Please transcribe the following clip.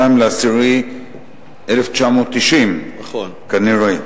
ב-22.10.1990, כנראה,